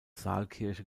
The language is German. saalkirche